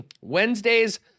wednesdays